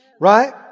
right